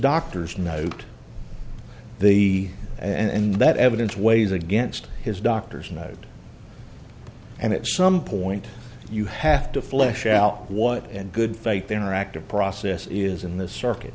doctor's note the and that evidence weighs against his doctor's note and at some point you have to flesh out what and good faith interactive process is in the circuit